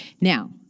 Now